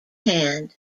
hand